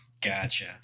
Gotcha